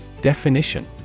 Definition